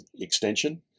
extension